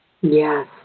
Yes